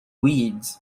weeds